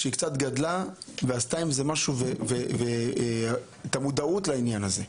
כשגדלה עשתה משהו עם המודעות לעניין הזה.